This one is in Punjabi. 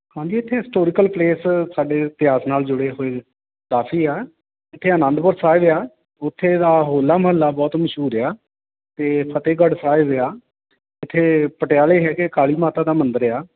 ਹਾਂਜੀ ਇਥੇ ਹਿਸਟੋਰੀਕਲ ਪਲੇਸ ਸਾਡੇ ਇਤਿਹਾਸ ਨਾਲ ਜੁੜੇ ਹੋਏ ਕਾਫੀ ਆ ਇਥੇ ਅਨੰਦਪੁਰ ਸਾਹਿਬ ਆ ਉੱਥੇ ਦਾ ਹੋਲਾ ਮਹੱਲਾ ਬਹੁਤ ਮਸ਼ਹੂਰ ਆ ਅਤੇ ਫਤਿਹਗੜ੍ਹ ਸਾਹਿਬ ਆ ਇਥੇ ਪਟਿਆਲੇ ਹੈਗੇ ਕਾਲੀ ਮਾਤਾ ਦਾ ਮੰਦਿਰ ਆ